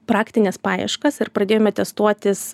praktines paieškas ir pradėjome testuotis